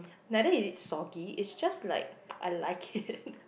neither is it soggy it's just like I like it